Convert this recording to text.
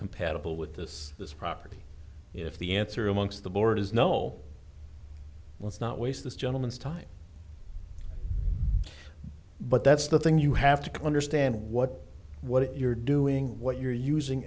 compatible with this this property if the answer amongst the board is no let's not waste this gentleman's time but that's the thing you have to understand what what you're doing what you're using